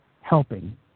helping